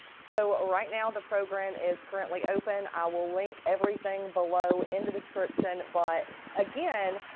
so right now the program is currently open. i will link everything below in the description. but again,